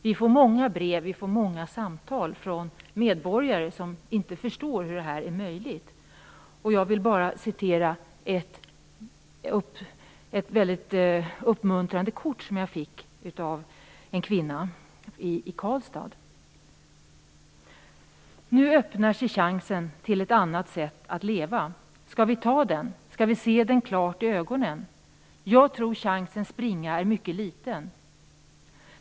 Vi får många brev och många samtal från medborgare som inte förstår hur detta är möjligt. Jag vill bara läsa upp ett mycket uppmuntrande kort som jag fick av en kvinna i Karlstad. Nu öppnar sig chansen till ett annat sätt att leva. Skall vi ta den? Skall vi se den klart i ögonen? Jag tror chansens springa är mycket liten.